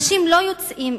אנשים לא יוצאים